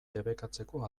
debekatzeko